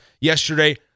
yesterday